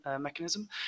mechanism